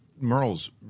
Merle's